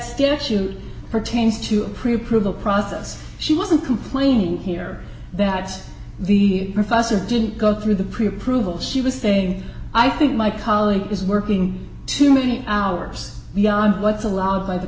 actually pertains to approve prove the process she wasn't complaining here that the professor didn't go through the pre approval she was saying i think my colleague is working too many hours beyond what's allowed by the